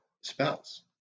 spouse